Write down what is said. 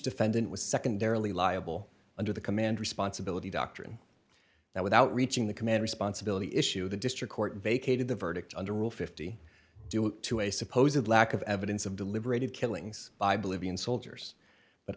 defendant was secondarily liable under the command responsibility doctrine that without reaching the command responsibility issue the district court vacated the verdict under rule fifty due to a supposedly lack of evidence of deliberative killings by bolivian soldiers but